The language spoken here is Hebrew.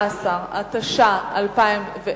119), התש"ע 2010,